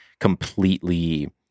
completely